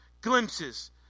Glimpses